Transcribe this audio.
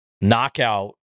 knockout